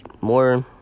more